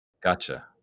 gotcha